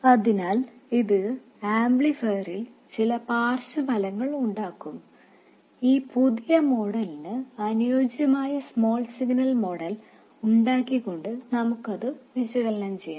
അതിനാൽ ഇത് ആംപ്ലിഫയറിൽ ചില പാർശ്വഫലങ്ങൾ ഉണ്ടാക്കും ഈ പുതിയ മോഡലിന് അനുയോജ്യമായ സ്മോൾ സിഗ്നൽ മോഡൽ ഉണ്ടാക്കികൊണ്ട് നമുക്കത് വിശകലനം ചെയ്യാം